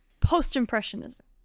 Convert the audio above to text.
post-impressionism